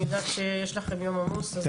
אני יודעת שיש לכם יום עמוס,